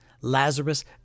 Lazarus